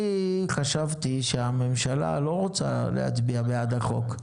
אני חשבתי שהממשלה לא רוצה להצביע בעד החוק,